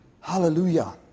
Hallelujah